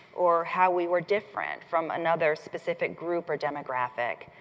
or how we were different from another specific group or demographic.